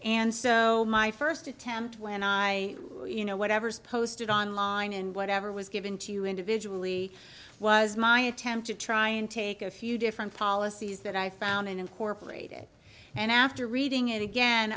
and so my first attempt when i you know whatever's posted online and whatever was given to you individually was my attempt to try and take a few different policies that i found and incorporate it and after reading it again